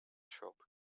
shop